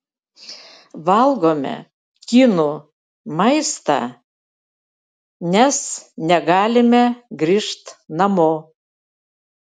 valgome kinų maistą nes negalime grįžt namo